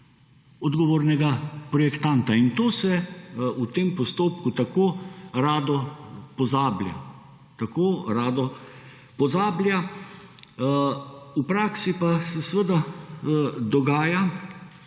odgovornega projektanta. To se v tem postopku tako rado pozablja, tako rado pozablja. V praksi pa se seveda dogaja,